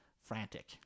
frantic